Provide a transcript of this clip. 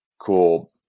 cool